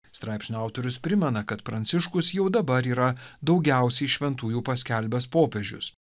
straipsnio autorius primena kad pranciškus jau dabar yra daugiausiai šventųjų paskelbęs popiežius